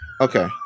okay